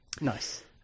nice